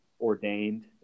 ordained